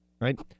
right